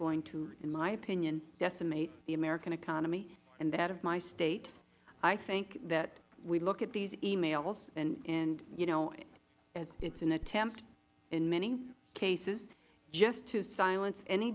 going to in my opinion decimate the american economy and that of my state i think that we look at these e mails and you know it is an attempt in many cases just to silence any